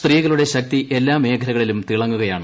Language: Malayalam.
സ്ത്രീകളുടെ ശക്തി എല്ലാ മേഖലകളിലും തിളങ്ങുകയാണ്